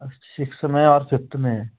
sixth में और fifth में